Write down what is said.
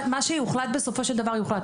מה שיוחלט בסופו של דבר יוחלט.